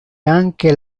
anche